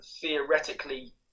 theoretically